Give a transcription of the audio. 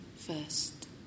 first